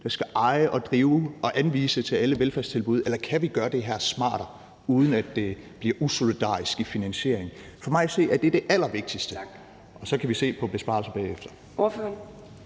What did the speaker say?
der skal eje, drive og anvise til alle velfærdstilbud, eller kan vi gøre det her smartere, uden at det bliver usolidarisk i finansieringen? For mig at se er det det allervigtigste, og så kan vi se på besparelser bagefter.